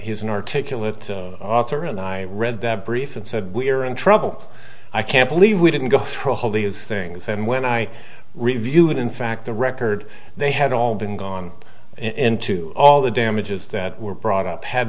he's an articulate author and i read that brief and said we're in trouble i can't believe we didn't go through a whole these things and when i reviewed in fact the record they had all been gone into all the damages that were brought up had